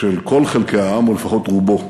של כל חלקי העם או לפחות רובו.